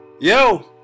Yo